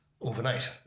overnight